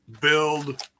build